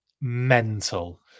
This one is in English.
mental